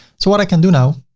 so what i can do now,